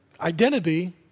Identity